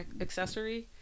accessory